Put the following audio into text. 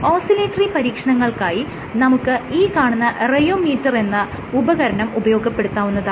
oscillatory പരീക്ഷണങ്ങൾക്കായി നമുക്ക് ഈ കാണുന്ന റിയോമീറ്ററെന്ന ഉപകരണം ഉപയോഗപ്പെടുത്താവുന്നതാണ്